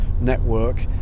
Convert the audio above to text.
network